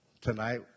Tonight